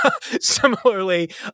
Similarly